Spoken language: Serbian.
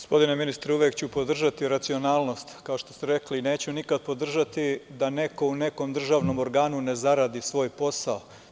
Gospodine ministre, uvek ću podržati racionalnost, kao što ste rekli, neću nikad podržati da neko u nekom državnom organu ne zaradi svoj posao.